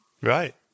Right